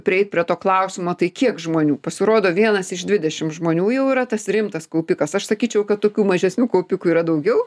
prieit prie to klausimo tai kiek žmonių pasirodo vienas iš dvidešimt žmonių jau yra tas rimtas kaupikas aš sakyčiau kad tokių mažesnių kaupikų yra daugiau